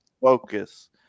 focus